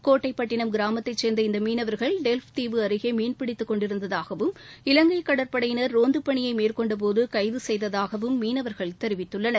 கோட்டைப்பட்டினம் கிராமத்தைச் சேர்ந்த இந்த மீனவர்கள் டெவ்ப் தீவு அருகே மீன்பிடித்துக் கொண்டிருந்தாகவும் இலங்கை கடற்படையினர் ரோந்து பணியை மேற்கொண்டபோது கைது செய்ததாக மீனவர்கள் தெரிவித்துள்ளனர்